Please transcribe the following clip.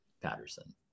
Patterson